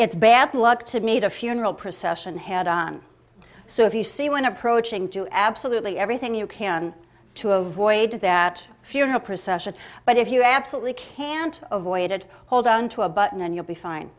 it's bad luck to meet a funeral procession head on so if you see when approaching do absolutely everything you can to avoid that funeral procession but if you absolutely can't avoid it hold on to a button and you'll be fine